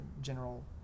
general